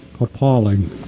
appalling